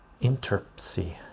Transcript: Interpsy